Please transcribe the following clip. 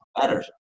better